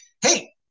Hey